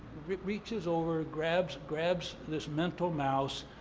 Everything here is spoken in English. reaches over, grabs grabs this mental mouse,